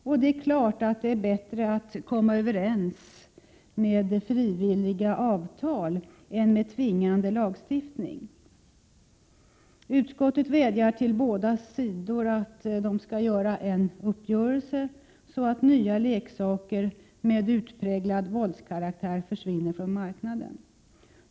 Och det är klart att det är bättre att komma överens med frivilliga avtal än med tvingande lagstiftning. 19 Utskottet vädjar till båda sidor att träffa en uppgörelse så att nya leksaker med utpräglad våldskaraktär försvinner från marknaden.